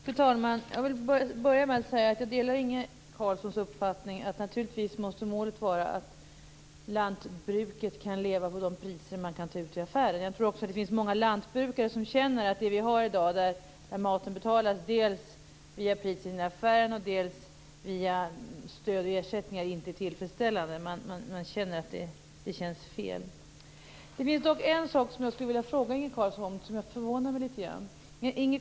Fru talman! Jag vill börja med att säga att jag delar Inge Carlssons uppfattning att målet naturligtvis måste vara att lantbruket kan leva på de priser som kan tas ut i affären. Jag tror att många lantbrukare i dag känner att dagens system, där maten betalas dels via priset i affären, dels via stöd och ersättningar, inte är tillfredsställande. Man tycker att det känns fel. Det finns dock en sak som förvånar mig litet grand och som jag skulle vilja fråga Inge Carlsson om.